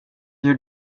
gör